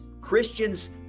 Christians